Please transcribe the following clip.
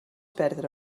perdre